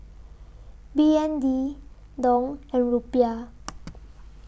B N D Dong and Rupiah